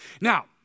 Now